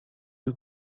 you